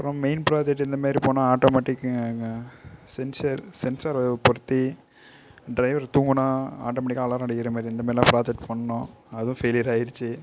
அப்புறம் main project இந்த மாரி போனால் ஆட்டோமேட்டிக் சென்சர் சென்சாரை பொருத்தி ட்ரைவர் தூங்கினா ஆட்டோமேட்டிக்காக அலாரம் அடிக்கிற மாரி இந்த மாரிலாம் ப்ராஜெக்ட் பண்ணிணோம் அதுவும் ஃபெய்லியர் ஆயிருச்சு